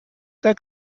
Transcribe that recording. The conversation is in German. der